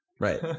Right